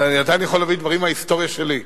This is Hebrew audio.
אבל עדיין אני יכול להביא מההיסטוריה שלי.